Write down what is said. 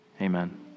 Amen